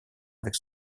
avec